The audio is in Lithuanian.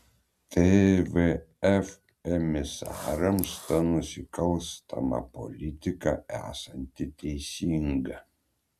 tvf emisarams ta nusikalstama politika esanti teisinga